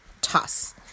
Toss